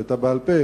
היא היתה בעל-פה.